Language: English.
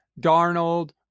Darnold